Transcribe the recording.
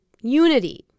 unity